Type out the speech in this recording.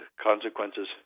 consequences